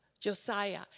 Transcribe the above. Josiah